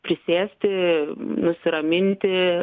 prisėsti nusiraminti